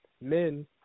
Men